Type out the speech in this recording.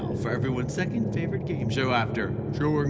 for everyone's second-favorite game so after chewing